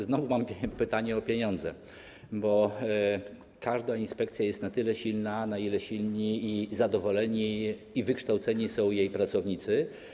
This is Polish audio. Znowu mam pytanie o pieniądze, bo każda inspekcja jest na tyle silna, na ile silni i zadowoleni, i wykształceni są jej pracownicy.